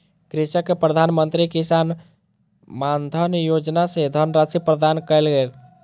कृषक के प्रधान मंत्री किसान मानधन योजना सॅ धनराशि प्रदान कयल गेल